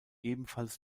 ebenfalls